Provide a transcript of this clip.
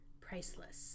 priceless